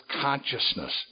consciousness